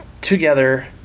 together